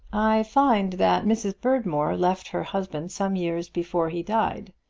i find that mrs. berdmore left her husband some years before he died.